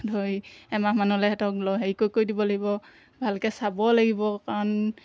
ধৰি এমাহমানলৈ সিহঁতক লৈ হেৰি কৰি দিব লাগিব ভালকৈ চাব লাগিব কাৰণ